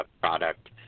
product